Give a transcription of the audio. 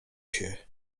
się